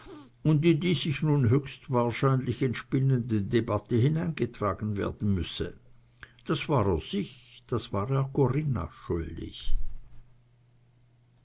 und in die sich nun höchstwahrscheinlich entspinnende debatte hineingetragen werden müsse das war er sich das war er corinna schuldig